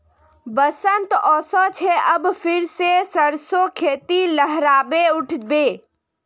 बसंत ओशो छे अब फिर से सरसो खेती लहराबे उठ बे